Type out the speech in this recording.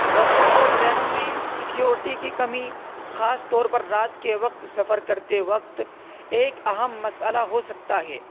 بسوں اور ٹرینوں میں سیکیورٹی کی کمی خاص طور پر رات کے وقت سفر کرتے وقت ایک اہم مسئلہ ہو سکتا ہے